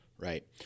Right